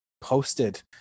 posted